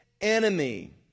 enemy